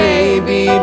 Baby